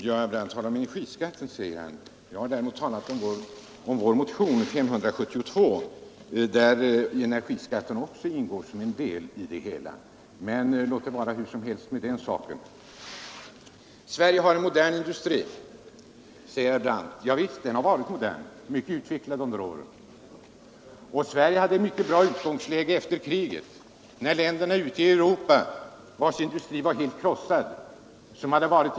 Herr talman! Herr Brandt säger att han talar om energiskatten. Jag har däremot talat om vår motion nr 572, i vilken frågan om energiskatten ingår som en del i det hela. Men det må vara hur som helst med den saken. Herr Brandt säger att Sverige har en modern industri. Ja, visst har den varit modern och mycket utvecklad under tidigare år. Sverige hade ett mycket bra utgångsläge efter kriget. Länderna ute i Europa hade fått sina industrier helt förstörda under kriget.